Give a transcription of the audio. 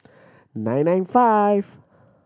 nine nine five